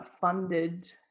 funded